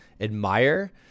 admire